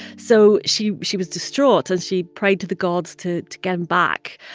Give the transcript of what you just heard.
so she she was distraught. and she prayed to the gods to to get him back.